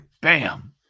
bam